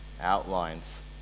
outlines